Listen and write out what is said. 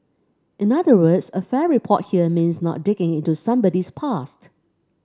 in other words a fair report here means not digging into somebody's past